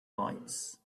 lights